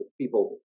people